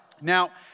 Now